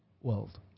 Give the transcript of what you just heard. world